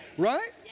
right